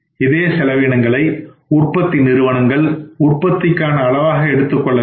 இதே செலவினங்களை உற்பத்தி நிறுவனங்கள் உற்பத்திக்கான அளவாக எடுத்துக்கொள்ள வேண்டும்